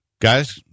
guys